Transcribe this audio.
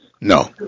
no